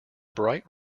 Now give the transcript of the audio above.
bright